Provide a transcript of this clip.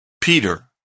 Peter